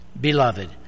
Beloved